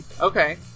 okay